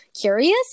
curious